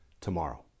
tomorrow